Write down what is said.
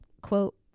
quote